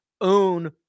own